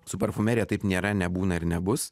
su parfumerija taip nėra nebūna ir nebus